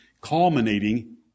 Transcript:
culminating